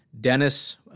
Dennis